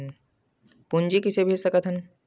पूंजी कइसे भेज सकत हन?